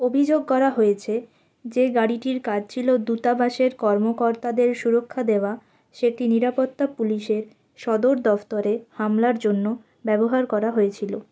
অভিযোগ করা হয়েছে যে গাড়িটির কাজ ছিল দূতাবাসের কর্মকর্তাদের সুরক্ষা দেওয়া সেটি নিরাপত্তা পুলিশের সদর দফতরে হামলার জন্য ব্যবহার করা হয়েছিল